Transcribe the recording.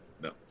no